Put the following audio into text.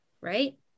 right